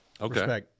Okay